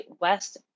West